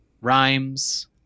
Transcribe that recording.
rhymes